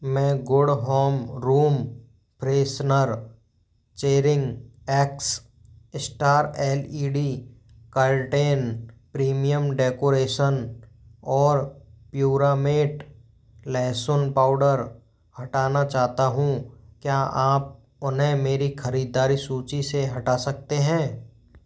मैं Good Home room freshener chering X Star L E D curtain premium decoration और Pura Mate लहसुन powder हटाना चाहता हूँ क्या आप उन्हें मेरी ख़रीददारी सूची से हटा सकते हैं